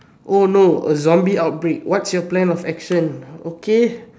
oh no a zombie outbreak what's your plan of action okay